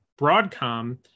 Broadcom